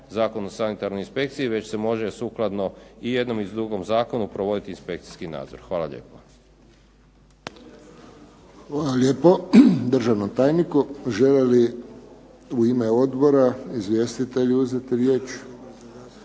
Zakon o sanitarnoj inspekciji već se može sukladno i jednom i drugom zakonu provoditi inspekcijski nadzor. Hvala lijepo. **Friščić, Josip (HSS)** Hvala lijepo državnom tajniku. Žele li u ime odbora izvjestitelji uzeti riječ?